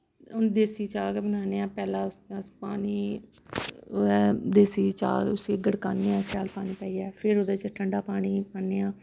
हून देस्सी चाह् गै बनान्ने आं पैह्लें आस्तै आस्तै पैह्ले ओह् ऐ देस्सी चाह् गी उस्सी गड़काने आं शैल पानी पाइयै फिर ओह्दे च ठण्डा पानी पान्ने आं